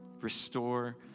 Restore